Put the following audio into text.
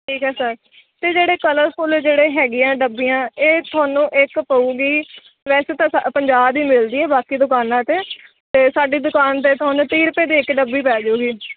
ਠੀਕ ਹੈ ਸਰ ਅਤੇ ਜਿਹੜੇ ਕਲਰਫੁੱਲ ਜਿਹੜੇ ਹੈਗੇ ਆ ਡੱਬੀਆਂ ਇਹ ਤੁਹਾਨੂੰ ਇੱਕ ਪਵੇਗੀ ਵੈਸੇ ਤਾਂ ਪੰਜਾਹ ਦੀ ਮਿਲਦੀ ਹੈ ਬਾਕੀ ਦੁਕਾਨਾਂ 'ਤੇ ਸਾਡੀ ਦੁਕਾਨ 'ਤੇ ਤੁਹਾਨੂੰ ਤੀਹ ਰੁਪਏ ਦੀ ਇੱਕ ਡੱਬੀ ਪੈ ਜਾਵੇਗੀ